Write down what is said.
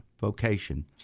vocation